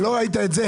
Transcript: לא ראית את זה.